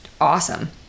awesome